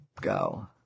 go